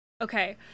Okay